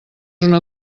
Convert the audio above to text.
una